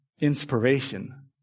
inspiration